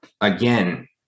Again